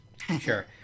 sure